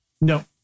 No